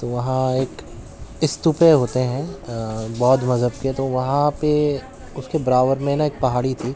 تو وہاں ایک استوپے ہوتے ہیں بودھ مذہب کے تو وہاں پہ اس کے برابر میں نا ایک پہاڑی تھی